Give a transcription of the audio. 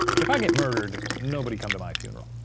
if i get murdered, nobody come to my funeral.